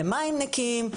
למים נקיים,